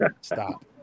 Stop